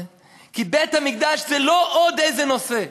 כי בית-המקדש זה לא עוד איזה נושא,